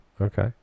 Okay